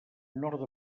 nord